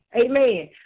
Amen